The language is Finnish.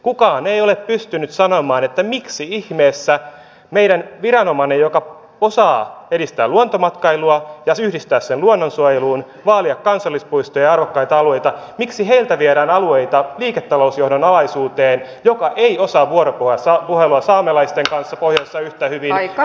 kukaan ei ole pystynyt sanomaan miksi ihmeessä meidän viranomaiseltamme joka osaa edistää luontomatkailua ja yhdistää sen luonnonsuojeluun vaalia kansallispuistoja ja arvokkaita alueita viedään alueita liiketalousjohdon alaisuuteen joka ei osaa vuoropuhelua saamelaisten kanssa pohjoisessa yhtä hyvin ei osaa matkailun edistämistä